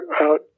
out